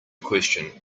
question